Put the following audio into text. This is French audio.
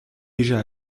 déjà